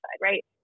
right